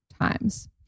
times